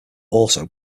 also